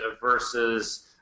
versus